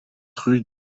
rue